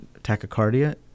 tachycardia